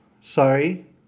Sorry